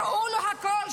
הראו להם הכול,